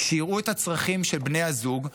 שיראו את הצרכים של בני הזוג,